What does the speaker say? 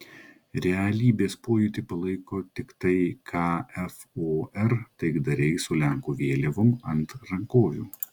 realybės pojūtį palaiko tiktai kfor taikdariai su lenkų vėliavom ant rankovių